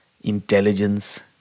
intelligence